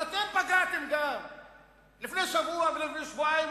אבל אתם פגעתם גם לפני שבוע ולפני שבועיים,